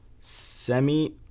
Semi